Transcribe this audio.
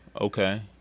Okay